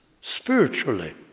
spiritually